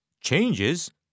Changes